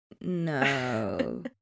no